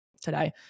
today